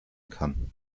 kann